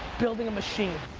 building a machine.